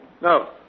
No